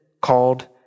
called